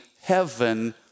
heaven